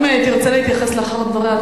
אם תרצה להתייחס לאחר דבריה,